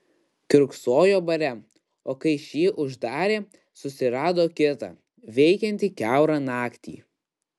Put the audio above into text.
kiurksojo bare o kai šį uždarė susirado kitą veikiantį kiaurą naktį